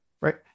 right